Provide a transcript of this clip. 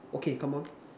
okay come on